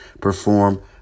perform